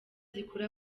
zikura